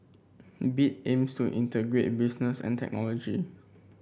bit aims to integrate business and technology